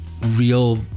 real